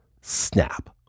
snap